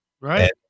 right